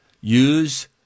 Use